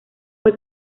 fue